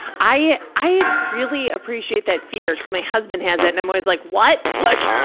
i, i really appreciate that fear, because my husband has that. and i'm always like, what! like